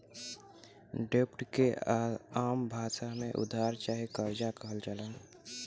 डेब्ट के आम भासा मे उधार चाहे कर्जा कहल जाला